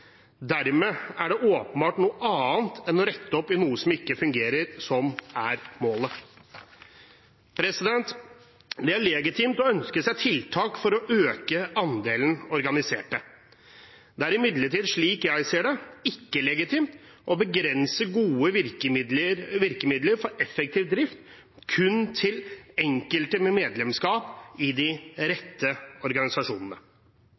Dermed er det åpenbart noe annet enn å rette opp i noe som ikke fungerer, som er målet. Det er legitimt å ønske seg tiltak for å øke andelen organiserte. Det er imidlertid, slik jeg ser det, ikke legitimt å begrense gode virkemidler for effektiv drift kun til enkelte med medlemskap i de rette organisasjonene.